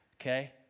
Okay